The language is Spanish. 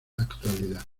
actualidad